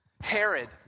Herod